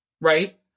right